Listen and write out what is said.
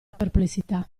perplessità